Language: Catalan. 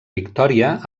victòria